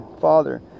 father